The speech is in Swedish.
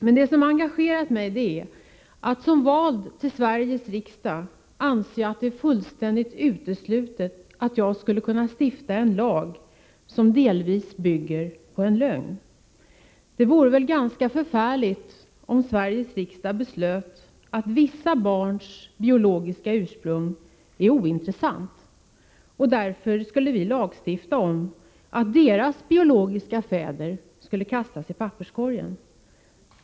Men framför allt anser jag det fullkomligt uteslutet att jag som vald till ledamot av Sveriges riksdag skulle kunna vara med och stifta en lag som delvis bygger på en lögn. Det vore väl förfärligt om Sveriges riksdag beslöt att vissa barns biologiska ursprung är ointressant och att vi därför skulle lagstifta om att deras biologiska fäder skulle låt mig säga kastas i papperskorgen.